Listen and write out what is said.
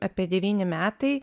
apie devyni metai